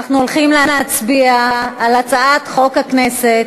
אנחנו הולכים להצביע על הצעת חוק הכנסת